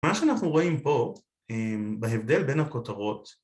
מה שאנחנו רואים פה בהבדל בין הכותרות